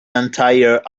entire